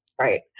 right